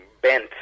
Bent